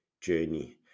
journey